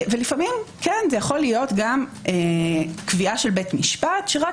לפעמים זה יכול להיות קביעה של בית המשפט שרק